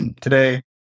today